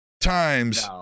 times